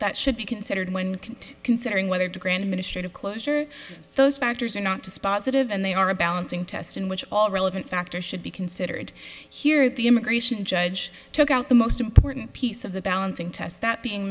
that should be considered when you can considering whether to grant administrative closure those factors or not dispositive and they are a balancing test in which all relevant factors should be considered here at the immigration judge took out the most important piece of the balancing test that being